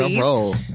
roll